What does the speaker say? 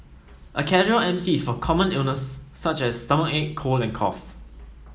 a casual M C is for common illness such as stomachache cold and cough